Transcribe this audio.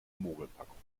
mogelpackung